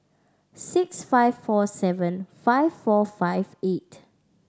six five four seven five four five eight